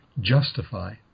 justify